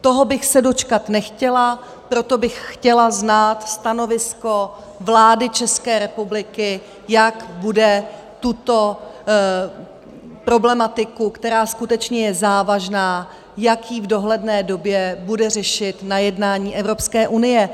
Toho bych se dočkat nechtěla, proto bych chtěla znát stanovisko vlády České republiky, jak bude tuto problematiku, která skutečně je závažná, jak ji v dohledné době bude řešit na jednání Evropské unie.